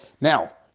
Now